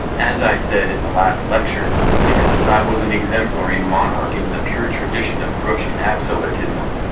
as i said in the last lecture, nicholas i was an exemplary monarch in the pure tradition of russian absolutism.